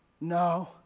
no